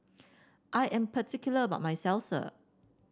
I am particular about my Salsa